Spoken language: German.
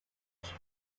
ort